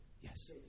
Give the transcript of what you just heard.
Yes